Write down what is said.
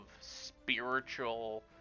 spiritual